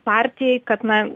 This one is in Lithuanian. partijai kad na